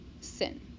sin